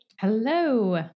Hello